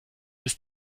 bis